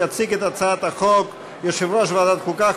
יציג את הצעת החוק יושב-ראש ועדת החוקה,